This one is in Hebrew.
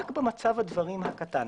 רק במצב דברים הקטן